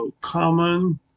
common